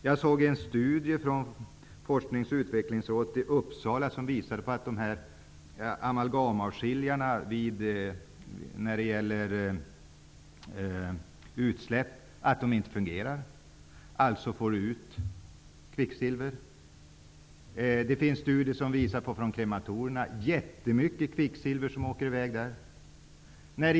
Jag har även sett en studie från Forsknings och utvecklingsrådet i Uppsala i vilken det visas att amalgamavskiljarna i utsläppssammanhang inte fungerar. Alltså går det ut kvicksilver i naturen. Det finns studier från krematorierna som visar att väldigt mycket kvicksilver går ut från dessa.